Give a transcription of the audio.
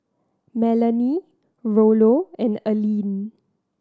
Melonie Rollo and Alleen